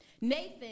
Nathan